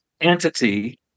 entity